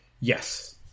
Yes